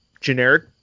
generic